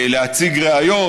להציג ראיות,